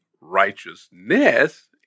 righteousness